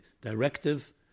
directive